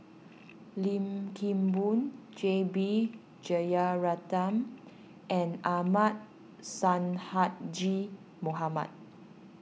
Lim Kim Boon J B Jeyaretnam and Ahmad Sonhadji Mohamad